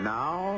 now